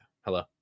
hello